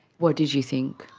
what did you think?